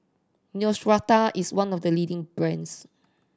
Neostrata is one of the leading brands